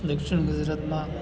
દક્ષિણ ગુજરાતમાં